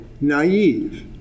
naive